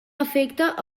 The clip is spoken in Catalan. afecta